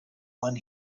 when